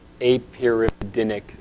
apyridinic